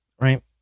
Right